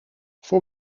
voor